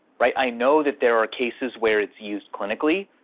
right? i know that there are cases where it's used clinically.